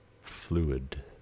fluid